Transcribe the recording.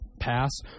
pass